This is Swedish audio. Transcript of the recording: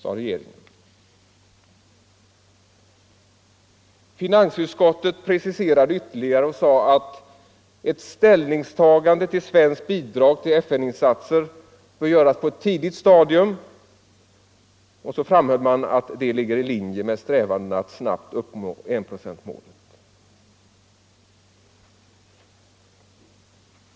Finansutskottet preciserade ytterligare och sade att ett ställningstagande till svenskt bidrag till FN-insatser bör göras på ett tidigt stadium. Man framhöll också att detta ligger i linje med strävandena att snabbt uppnå enprocentsmålet.